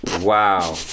wow